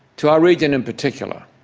to our region in particular,